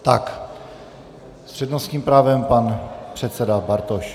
S přednostním právem pan předseda Bartoš.